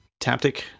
Taptic